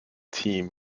team